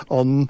on